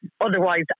otherwise